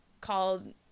called